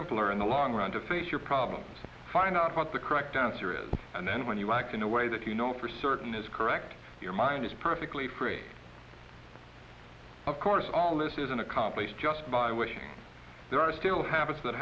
simpler in the long run to face your problems find out what the correct answer is and then when you act in a way that you know for certain is correct your mind is perfectly free of course all this is an accomplished just by wishing there are still habits that